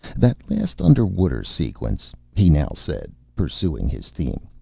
that last underwater sequence, he now said, pursuing his theme.